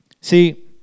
See